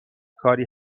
کاری